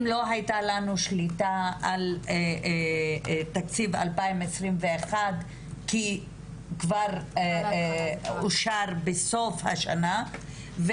אם לא הייתה לנו שליטה על תקציב 2021 כי כבר אושר בסוף השנה,